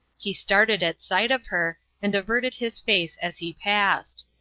he started at sight of her, and averted his face as he passed.